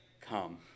come